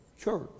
church